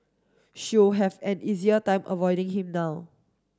she'll have an easier time avoiding him now